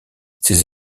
ces